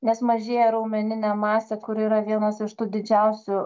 nes mažėja raumeninė masė kuri yra vienas iš tų didžiausių